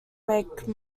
make